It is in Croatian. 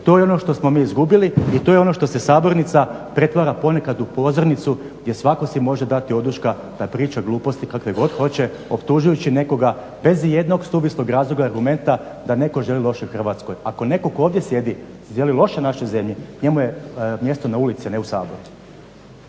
To je ono što smo mi izgubili i to je ono što se sabornica pretvara ponekad u pozornicu, gdje svatko si može dati oduška da priča gluposti kakve god hoće optužujući nekoga bez i jednog suvislog razloga i argumenta da netko želi loše Hrvatskoj. Ako netko tko ovdje sjedi želi loše našoj zemlji njemu je mjesto na ulici, ne u Saboru.